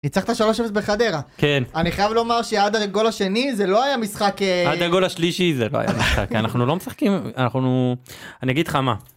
יצא כבר 3-0 בחדרה. אני חייב לומר שעד הגול השני זה לא היה משחק... עד הגול השלישי זה לא היה משחק. אנחנו לא משחקים. אנחנו... אני אגיד לך מה.